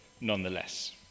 nonetheless